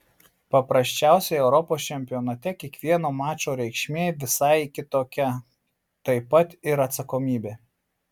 paprasčiausiai europos čempionate kiekvieno mačo reikšmė visai kitokia taip pat ir atsakomybė